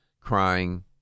crying